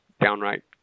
downright